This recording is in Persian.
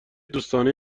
دوستانه